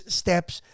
steps